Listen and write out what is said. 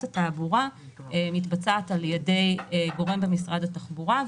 התעבורה מתבצעת על ידי גורם במשרד התחבורה.